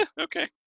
Okay